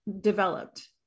developed